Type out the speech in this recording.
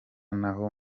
naho